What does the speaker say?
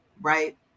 right